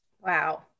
Wow